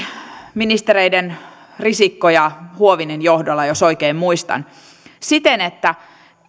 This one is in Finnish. ministereiden risikko ja huovinen johdolla jos oikein muistan siten että